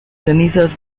cenizas